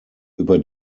über